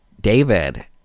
David